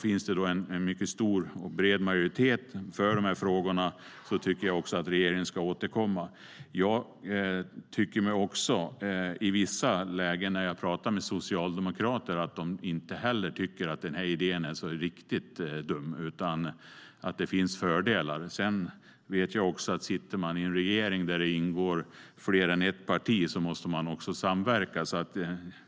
Finns det då en mycket stor och bred majoritet för detta tycker jag att regeringen ska återkomma.I vissa lägen när jag pratar med socialdemokrater tycker jag mig förstå att de inte heller tycker att den här idén är så dum utan att det finns fördelar. Sedan vet jag att man måste samverka om man sitter i en regering där det ingår fler än ett parti.